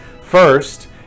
first